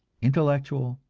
intellectual,